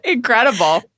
Incredible